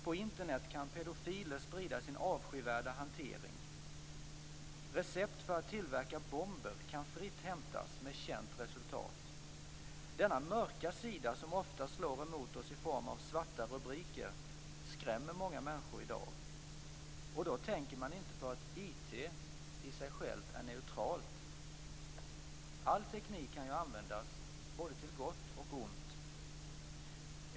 På Internet kan pedofiler sprida sin avskyvärda hantering. Recept för att tillverka bomber kan fritt hämtas med känt resultat. Denna mörka sida som ofta slår emot oss i form av svarta rubriker skrämmer många människor i dag. Och då tänker man inte på att IT i sig självt är neutralt. All teknik kan ju användas både till gott och till ont.